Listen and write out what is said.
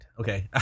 Okay